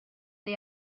the